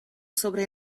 sobre